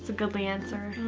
ah goodly answer.